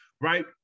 Right